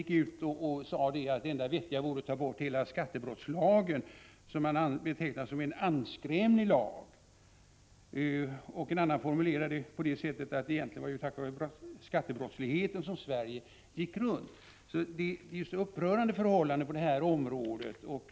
gick ut och sade att det enda vettiga vore att ta bort hela skattebrottslagen, som han betecknade som en anskrämlig lag. En annan formulerade det på det sättet att det egentligen var tack vare skattebrottsligheten som Sverige gick runt. Det råder ju så upprörande förhållanden på det här området.